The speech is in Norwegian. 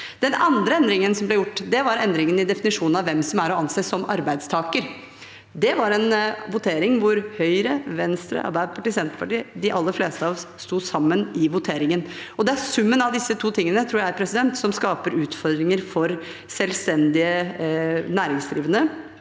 Den andre endringen som ble gjort, var endringen i definisjonen av hvem som er å anse som arbeidstaker. Det var en votering hvor Høyre, Venstre, Arbeiderpartiet, Senterpartiet – de aller fleste av oss – sto sammen i voteringen. Det er summen av disse to tingene som skaper utfordringer for selvstendig næringsdrivende